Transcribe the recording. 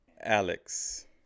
Alex